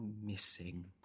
missing